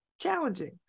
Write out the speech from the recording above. challenging